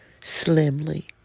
slimly